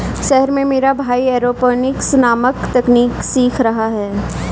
शहर में मेरा भाई एरोपोनिक्स नामक तकनीक सीखने गया है